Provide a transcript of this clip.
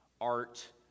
art